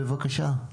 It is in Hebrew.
כן.